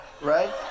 right